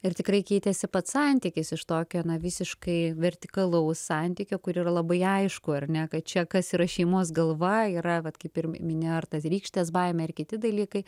ir tikrai keitėsi pats santykis iš tokio na visiškai vertikalaus santykio kur yra labai aišku ar ne kad čia kas yra šeimos galva yra vat kaip ir minėjai ir tas rykštės baimė ir kiti dalykai